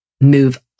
move